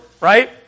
right